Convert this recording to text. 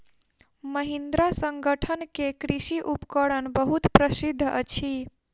महिंद्रा संगठन के कृषि उपकरण बहुत प्रसिद्ध अछि